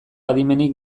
adimenik